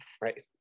right